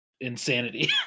insanity